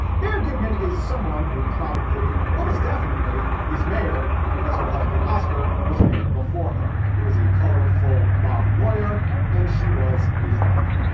mayor goodman is someone who probably almost definitely is mayor because her husband, oscar, was mayor before her. he was a colorful mob lawyer and she was his wife.